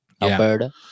Alberta